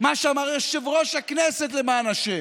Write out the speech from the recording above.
מה שאמר יושב-ראש הכנסת, למען השם,